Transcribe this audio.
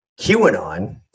QAnon